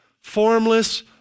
formless